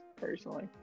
personally